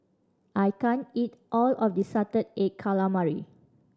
I can't eat all of this salted egg calamari